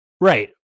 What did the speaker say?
Right